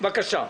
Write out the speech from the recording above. בבקשה.